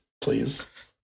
please